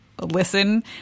listen